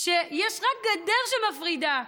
שיש רק גדר שמפרידה: